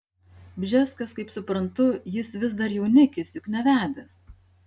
bžeskas kaip suprantu jis vis dar jaunikis juk nevedęs